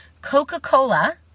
Coca-Cola